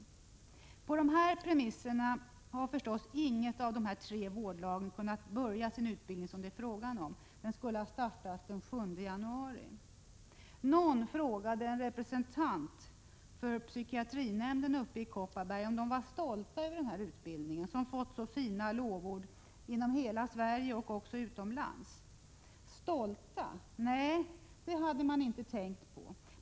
4 På dessa premisser har naturligtvis inget av de tre antagna vårdlagen kunnat börja den utbildning som det är fråga om — den skulle ha startat den 7 januari. Någon frågade en representant för psykiatrinämnden uppe i Kopparberg om de där var stolta över denna utbildning, som fått så fina lovord i hela Sverige och även utomlands. Stolta, nej — det hade man inte tänkt på.